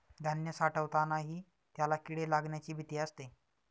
धान्य साठवतानाही त्याला किडे लागण्याची भीती असते